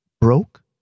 Broke